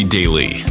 Daily